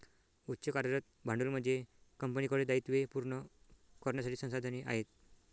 उच्च कार्यरत भांडवल म्हणजे कंपनीकडे दायित्वे पूर्ण करण्यासाठी संसाधने आहेत